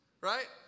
right